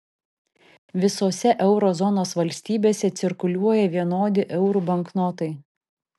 visose euro zonos valstybėse cirkuliuoja vienodi eurų banknotai